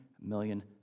million